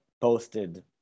posted